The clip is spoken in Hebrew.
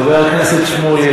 חבר הכנסת שמולי,